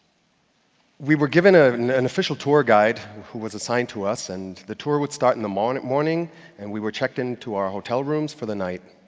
we were given ah an official tour guide who was assigned to us. and the tour would start in the morning, and we were checked in to our hotel rooms for the night.